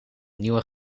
nieuwe